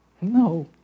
no